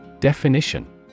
Definition